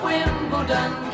Wimbledon